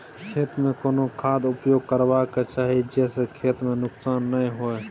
खेत में कोन खाद उपयोग करबा के चाही जे स खेत में नुकसान नैय होय?